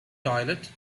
toilet